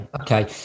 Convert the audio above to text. okay